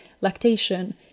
lactation